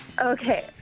Okay